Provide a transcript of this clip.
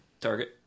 Target